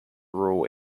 rural